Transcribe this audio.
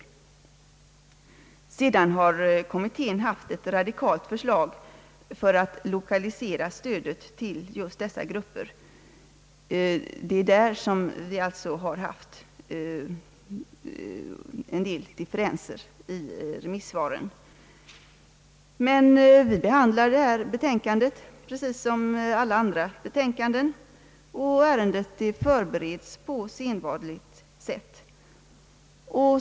Kommittén har presenterat ett radikalt förslag för att lokalisera stödet till just de grupper jag nämnt, och på den punkten har det varit en del differenser i remissyttrandena. Men vi behandlar detta betänkande precis som alla andra betäkanden; ärendet förberedes på sedvanligt sätt.